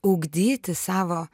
ugdyti savo